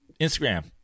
Instagram